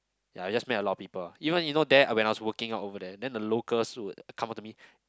ya just meet a lot of people ah even you know there when I was working over there then the locals would come up to me